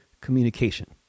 communication